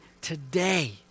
today